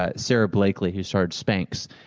ah sara blakely who started spanx.